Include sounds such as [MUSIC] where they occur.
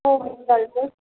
हो हो [UNINTELLIGIBLE]